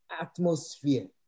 atmosphere